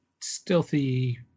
Stealthy